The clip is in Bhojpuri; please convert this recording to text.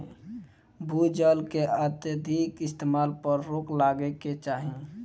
भू जल के अत्यधिक इस्तेमाल पर रोक लागे के चाही